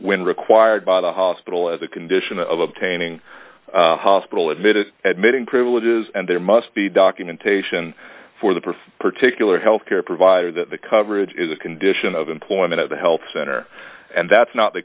required by the hospital as a condition of obtaining hospital admitted admitting privileges and there must be documentation for the perth particular health care provider that the coverage is a condition of employment of the health center and that's not the